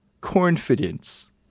confidence